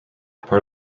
part